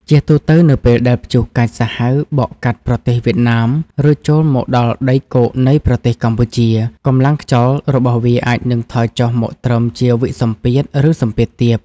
ជាទូទៅ នៅពេលដែលព្យុះកាចសាហាវបក់កាត់ប្រទេសវៀតណាម រួចចូលមកដល់ដីគោកនៃប្រទេសកម្ពុជា កម្លាំងខ្យល់របស់វាអាចនឹងថយចុះមកត្រឹមជាវិសម្ពាធ ឬសម្ពាធទាប។